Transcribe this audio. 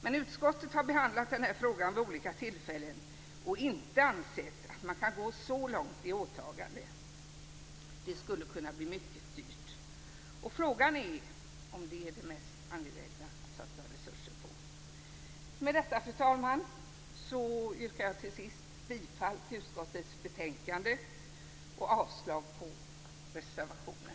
Men utskottet har behandlat den här frågan vid olika tillfällen och inte ansett att man kan gå så långt i åtagande. Det skulle kunna bli mycket dyrt. Frågan är om det är det mest angelägna att satsa resurser på. Fru talman! Med det anförda yrkar jag till sist bifall till hemställan i utskottets betänkande och avslag på samtliga reservationer.